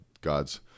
God's